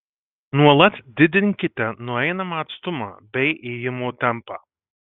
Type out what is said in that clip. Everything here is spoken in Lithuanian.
nuolat didinkite nueinamą atstumą bei ėjimo tempą